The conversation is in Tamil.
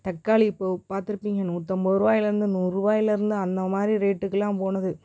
தக்காளி இப்போ பார்த்துருப்பீங்க நூற்றிம்பதுருவாயிலந்து நூறுவாயில இருந்து அந்த மாதிரி ரேட்டுக்கு எல்லாம் போணுது